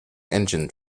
engine